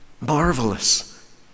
Marvelous